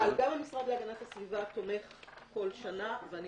אבל גם המשרד להגנת הסביבה תומך כל שנה, ואני